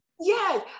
Yes